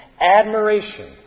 Admiration